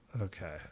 okay